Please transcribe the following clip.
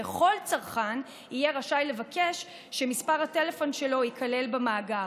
וכל צרכן יהיה רשאי לבקש שמספר הטלפון שלו ייכלל במאגר.